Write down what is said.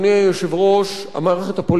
המערכת הפוליטית בוחרת לא לעסוק.